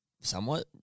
somewhat